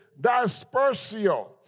dispersio